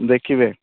ଦେଖିବେ